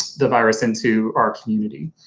the virus into our community.